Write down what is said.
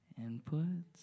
Inputs